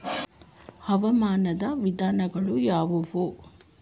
ಹವಾಮಾನದ ವಿಧಗಳು ಯಾವುವು?